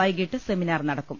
വൈകീട്ട് സെമിനാർ നടക്കും